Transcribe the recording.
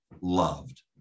loved